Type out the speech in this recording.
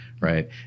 right